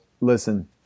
listen